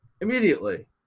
immediately